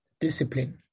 discipline